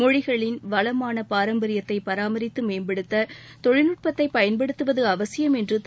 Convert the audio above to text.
மொழிகளின் வளமான பாரம்பரியத்தை பராமரித்து மேம்படுத்த தொழில்நுட்பத்தை பயன்படுத்துவது அவசியம் என்று திரு